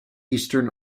eastern